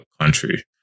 country